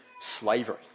slavery